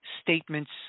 statements